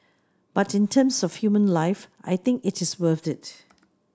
but in terms of human life I think it is worth it